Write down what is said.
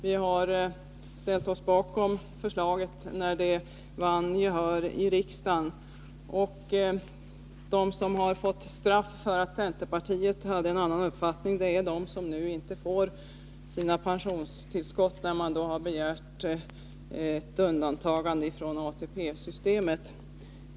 Vi ställde oss bakom förslaget när det vann gehör i riksdagen. De som skulle ha straffats för att centerpartiet hade en annan uppfattning är de som nu inte får sina pensionstillskott, därför att de begärt undantagande från ATP-systemet.